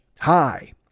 Hi